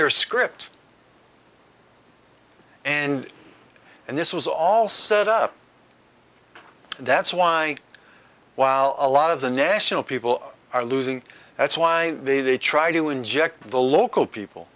their script and and this was all set up that's why while a lot of the national people are losing that's why they try to inject the local people